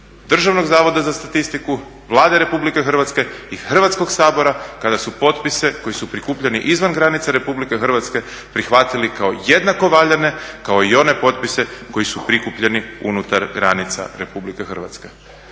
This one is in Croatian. Državnog zavoda za statistiku, Vlade Republike Hrvatske i Hrvatskog sabora kada su potpise koji su prikupljani izvan granica Republike Hrvatske prihvatili kao jednako valjane, kao i one potpise koji su prikupljeni unutar granica Republike Hrvatske.